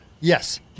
yes